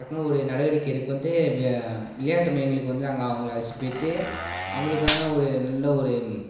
டக்குன்னு ஒரு நடவடிக்கை எடுக்க வந்து வெ விளையாட்டு மையங்களுக்கு வந்து நாங்கள் அவங்கள அழைச்சிட்டு போயிவிட்டு அவங்களுக்கான ஒரு நல்ல ஒரு